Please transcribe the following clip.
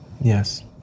Yes